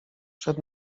przed